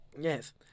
Yes